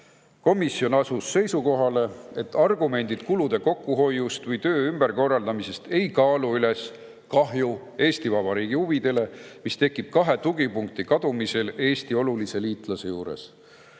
Komisjon asus seisukohale, et kulude kokkuhoiu või töö ümberkorraldamise argumendid ei kaalu üles kahju Eesti Vabariigi huvidele, mis tekib kahe tugipunkti kadumisel Eesti olulise liitlase juures.